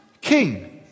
King